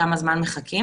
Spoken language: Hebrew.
כמה זמן מחכים?